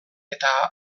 eta